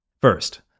First